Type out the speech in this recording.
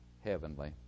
heavenly